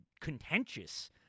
contentious